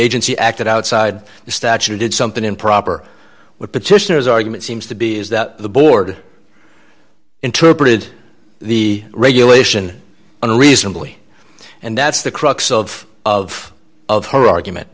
agency acted outside the statute or did something improper with petitioners argument seems to be is that the board interpreted the regulation unreasonably and that's the crux of of of her argument